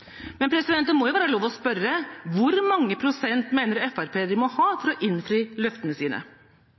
Det må være lov å spørre hvor mange prosent Fremskrittspartiet mener de må ha for å innfri løftene sine.